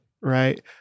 Right